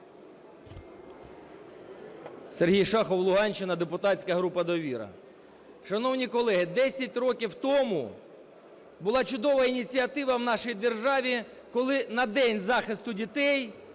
Сергій Шахов, Луганщина, депутатська група "Довіра". Шановні колеги, 10 років тому була чудова ініціатива в нашій державі, коли на День захисту дітей